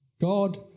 God